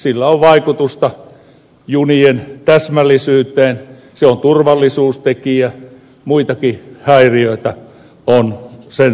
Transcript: sillä on vaikutusta junien täsmällisyyteen se on turvallisuustekijä muitakin häiriöitä on sen seurauksena